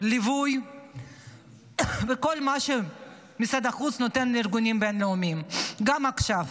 ליווי וכל מה שמשרד החוץ נותן לארגונים בין-לאומיים גם עכשיו.